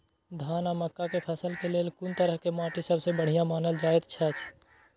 धान आ मक्का के फसल के लेल कुन तरह के माटी सबसे बढ़िया मानल जाऐत अछि?